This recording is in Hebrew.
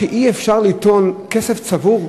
בזה שאי-אפשר לטעון כסף צבור?